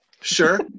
Sure